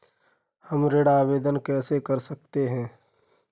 हम ऋण आवेदन कैसे कर सकते हैं?